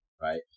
Right